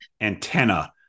antenna